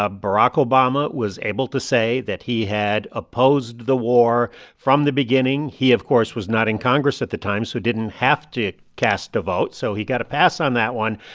ah barack obama was able to say that he had opposed the war from the beginning. he, of course, was not in congress at the time so didn't have to cast a vote. so he got a pass on that one.